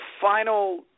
final